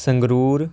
Sangrur